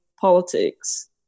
politics